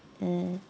mm